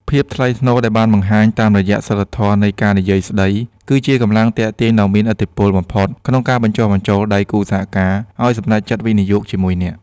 ភាពថ្លៃថ្នូរដែលបានបង្ហាញតាមរយៈសីលធម៌នៃការនិយាយស្ដី គឺជាកម្លាំងទាក់ទាញដ៏មានឥទ្ធិពលបំផុតក្នុងការបញ្ចុះបញ្ចូលដៃគូសហការឱ្យសម្រេចចិត្តវិនិយោគជាមួយអ្នក។